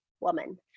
woman